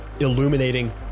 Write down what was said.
illuminating